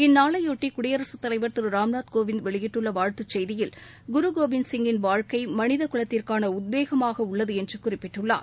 இந்நாளையொட்டிகுடியரசுத் தலைவா் திருராம்நாத் கோவிந்த் வெளியிட்டுள்ளவாழ்த்துச் செய்தியில் குருகோவிந்த் சிங்கின் வாழ்க்கை மனிதகுலத்திற்கானஉத்வேகமாகஉள்ளதுஎன்றுகுறிப்பிட்டுள்ளார்